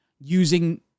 using